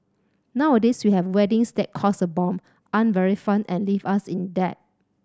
nowadays we have weddings that cost a bomb aren't very fun and leave us in debt